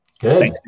good